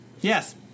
Yes